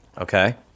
Okay